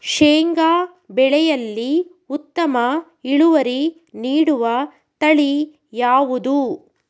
ಶೇಂಗಾ ಬೆಳೆಯಲ್ಲಿ ಉತ್ತಮ ಇಳುವರಿ ನೀಡುವ ತಳಿ ಯಾವುದು?